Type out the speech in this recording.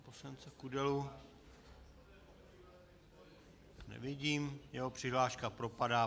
Pana poslance Kudelu nevidím, jeho přihláška propadá.